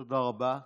תודה רבה.